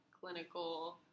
clinical